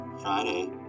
Friday